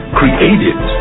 created